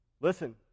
Listen